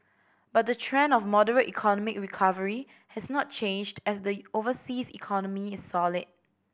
but the trend of moderate economic recovery has not changed as the overseas economy is solid